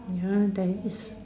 ya there is